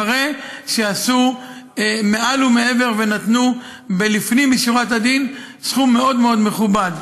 אחרי שעשו מעל ומעבר ונתנו לפנים משורת הדין סכום מאוד מאוד מכובד.